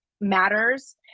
matters